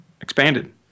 expanded